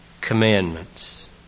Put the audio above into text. commandments